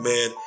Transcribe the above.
Man